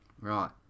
right